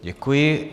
Děkuji.